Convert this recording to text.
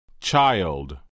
child